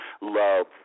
love